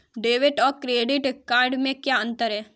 Debit या credit card में क्या अन्तर है?